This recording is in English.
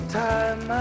time